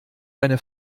eine